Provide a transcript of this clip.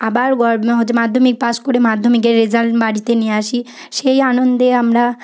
আবার হচ্ছে মাধ্যমিক পাশ করে মাধ্যমিকের রেজাল্ট বাড়িতে নিয়ে আসি সেই আনন্দে আমরা